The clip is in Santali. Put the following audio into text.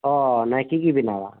ᱚᱻ ᱱᱟᱭᱠᱮ ᱜᱮᱭ ᱵᱮᱱᱟᱣᱟ